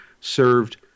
served